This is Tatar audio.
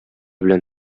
белән